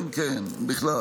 כן, כן.